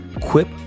Quip